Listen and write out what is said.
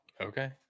Okay